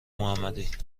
محمدی